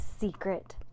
secret